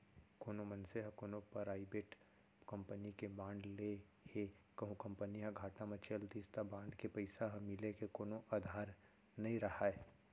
कोनो मनसे ह कोनो पराइबेट कंपनी के बांड ले हे कहूं कंपनी ह घाटा म चल दिस त बांड के पइसा ह मिले के कोनो अधार नइ राहय